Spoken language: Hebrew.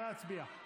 נא להצביע.